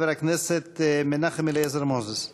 חבר הכנסת מנחם אליעזר מוזס.